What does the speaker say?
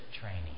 training